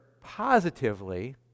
positively